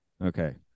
Okay